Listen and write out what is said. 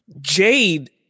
Jade